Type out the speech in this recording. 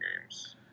games